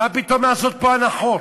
מה פתאום לעשות פה הנחות?